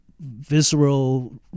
visceral